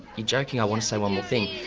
you're joking, i want to say one more thing',